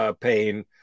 pain